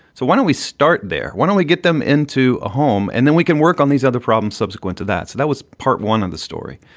so why don't we start there? why don't we get them into a home and then we can work on these other problems subsequent to that. so that was part one of the story.